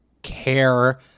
care